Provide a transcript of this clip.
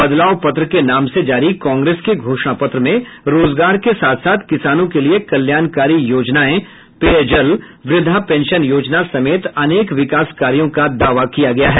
बदलाव पत्र के नाम से जारी कांग्रेस के घोषणा पत्र में रोजगार के साथ साथ किसानों के लिये कल्याणकारी योजनाएं पेयजल वृद्धा पेंशन योजना समेत अनेक विकास कार्यों का दावा किया गया है